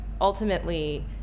ultimately